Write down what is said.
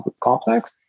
complex